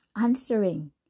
answering